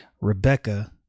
Rebecca